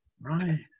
Right